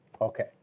Okay